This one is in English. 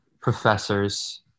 professors